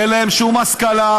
אין להם שום השכלה,